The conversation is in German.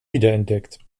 wiederentdeckt